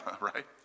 right